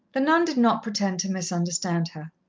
the nun did not pretend to misunderstand her.